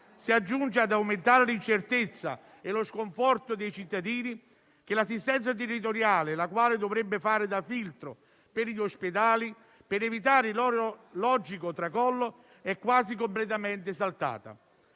si aggiunge, ad aumentare l'incertezza e lo sconforto dei cittadini, che l'assistenza territoriale, la quale dovrebbe fare da filtro per gli ospedali per evitare il loro logico tracollo, è quasi completamente saltata.